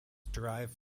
derived